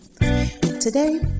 today